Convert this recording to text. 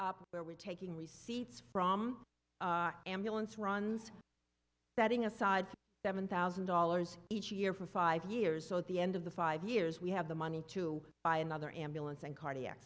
up where we're taking receipts from ambulance runs that in a side seven thousand dollars each year for five years so at the end of the five years we have the money to buy another ambulance and cardiac